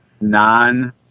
non-